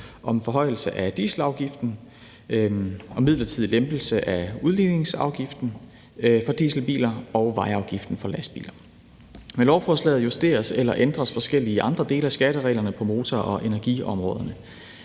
om forhøjelse af dieselafgiften og midlertidig lempelse af udligningsafgiften for dieselbiler og vejafgiften for lastbiler. Med lovforslaget justeres eller ændres forskellige andre dele af skattereglerne på motor- og energiområderne.